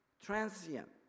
transient